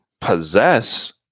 possess